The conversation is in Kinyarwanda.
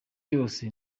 yose